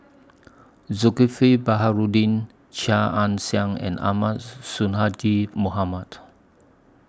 Zulkifli Baharudin Chia Ann Siang and Ahmad Son Sonhadji Mohamad